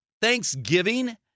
Thanksgiving